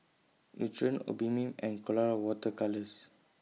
Nutren Obimin and Colora Water Colours